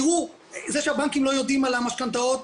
זה שהבנקים לא יודעים על המשכנתאות,